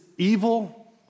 Evil